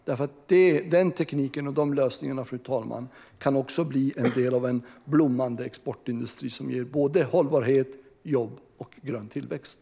Denna teknik och dessa lösningar kan bli en del av en blommande exportindustri som ger såväl hållbarhet som jobb och grön tillväxt.